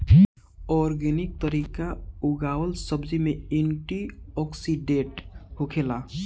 organic तरीका उगावल सब्जी में एंटी ओक्सिडेंट होखेला